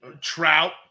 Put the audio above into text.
Trout